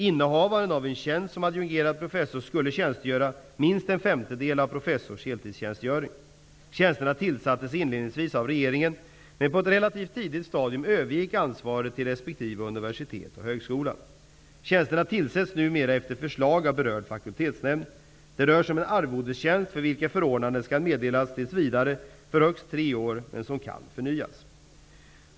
Innehavaren av en tjänst som adjungerad professor skulle tjänstgöra minst en femtedel av professors heltidstjänstgöring. Tjänsterna tillsattes inledningsvis av regeringen, men på ett relativt tidigt stadium övergick ansvaret till resp. universitet och högskola. Tjänsterna tillsätts numera efter förslag av berörd fakultetsnämnd. Det rör sig om en arvodestjänst för vilken förordnande skall meddelas tills vidare för högst tre år men som kan förnyas.